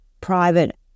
private